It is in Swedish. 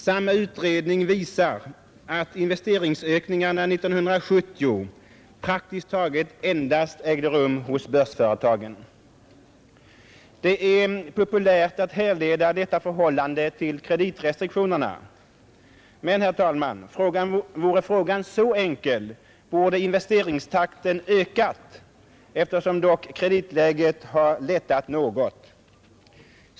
Samma utredning visar, att investeringsökningarna 1970 praktiskt taget endast ägde rum hos börsföretagen. Det är populärt att härleda detta förhållande till kreditrestriktionerna. Men, herr talman, vore frågan så enkel borde investeringstakten ökat, eftersom dock kreditläget har lättat något.